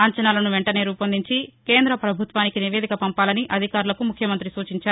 అంచనాలను వెంటనే రూపొందించి కేంద్ర పభుత్వానికి నివేదిక పంపాలని అధికారులకు ముఖ్యమంత్రి సూచించారు